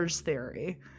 theory